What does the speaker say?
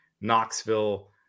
Knoxville